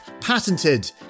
patented